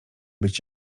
być